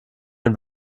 ein